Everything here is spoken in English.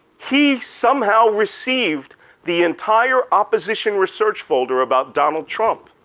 he somehow received the entire opposition research folder about donald trump.